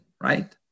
right